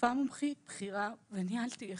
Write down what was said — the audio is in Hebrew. כרופאה מומחית בכירה וניהלתי יחידה.